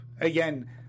again